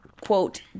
quote